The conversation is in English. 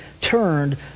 turned